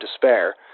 despair